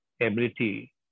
ability